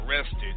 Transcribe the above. arrested